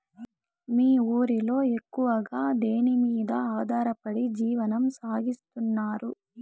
మీ ఊరిలో ఎక్కువగా దేనిమీద ఆధారపడి జీవనం సాగిస్తున్నారు?